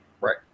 Right